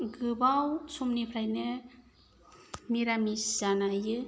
गोबाव समनिफ्रायनो मिरामिस जायो